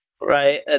right